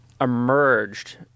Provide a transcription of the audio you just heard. emerged